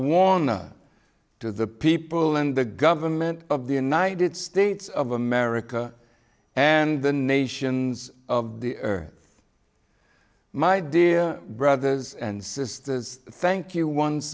walnut to the people and the government of the united states of america and the nations of the earth my dear brothers and sisters thank you once